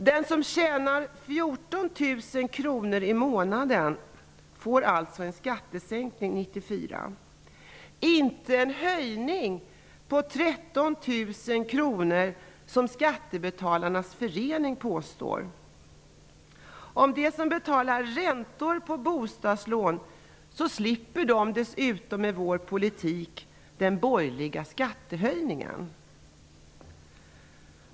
Den som tjänar 14 000 kr i månaden får en skattesänkning Skattebetalarnas förening påstår. Med vår politik slipper de som betalar räntor på bostadslån dessutom den borgerliga skattehöjningen.